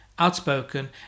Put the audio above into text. Outspoken